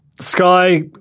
Sky